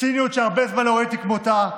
ציניות שהרבה זמן לא ראיתי כמותה.